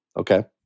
okay